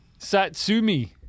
Satsumi